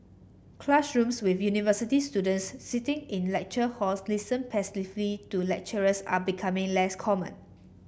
classrooms with university students sitting in lecture halls listen to lecturers are becoming less common